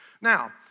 Now